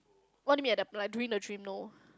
what do you mean at the like during the dream no